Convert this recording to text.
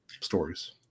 stories